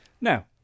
Now